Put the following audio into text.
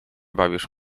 bawisz